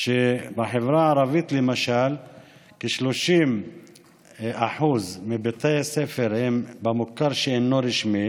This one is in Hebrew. שבחברה הערבית למשל כ-30% מבתי הספר הם במוכר שאינו רשמי